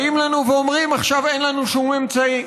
באים אלינו ואומרים: עכשיו אין לנו שום אמצעי,